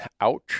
Ouch